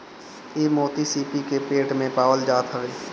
इ मोती सीपी के पेट में पावल जात हवे